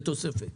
בהתוספת.